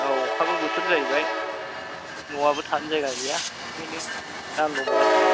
औ अखाबो बोथोर जाहैबाय न'आबो थानो जायगा गैया बेखायनो नांगौमोन आरोखि